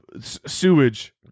sewage